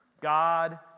God